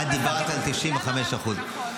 את דיברת על 95%. נכון.